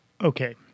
Okay